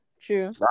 true